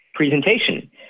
presentation